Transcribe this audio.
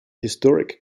historic